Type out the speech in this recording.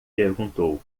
perguntou